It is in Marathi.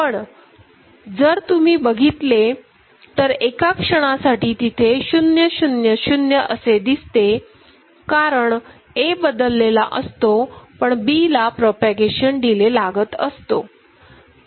पण जर तुम्ही बघितले तर एका क्षणासाठी तिथे 000 असे दिसते कारण A बदललेला असतो पण B ला प्रोपागेशन डिले लागत असतो